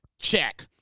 Check